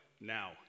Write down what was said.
Now